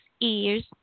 ears